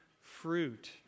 fruit